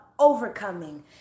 overcoming